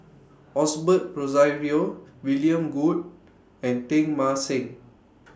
Osbert Rozario William Goode and Teng Mah Seng